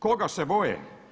Koga se boje?